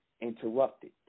interrupted